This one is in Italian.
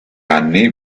anni